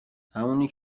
همونی